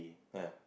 ya